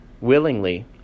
willingly